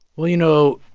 well, you know,